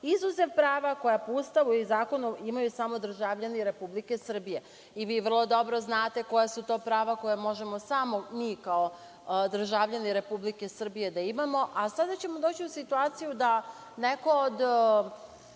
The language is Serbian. izuzev prava koja po Ustavu i zakonu imaju samo državljani Republike Srbije. Vi vrlo dobro znate koja su to prava koja možemo samo mi, kao državljani Republike Srbije, da imamo, a sada ćemo doći u situaciju da neko od,